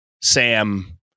Sam